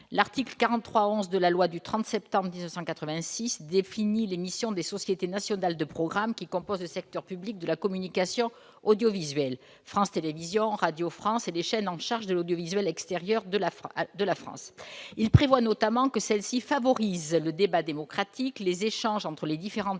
L'article 43-11 de la loi du 30 septembre 1986 définit les missions des sociétés nationales de programme qui composent le secteur public de la communication audiovisuelle : France Télévisions, Radio France et les chaînes en charge de l'audiovisuel extérieur de la France. Il prévoit notamment que celles-ci « favorisent le débat démocratique, les échanges entre les différentes